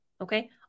okay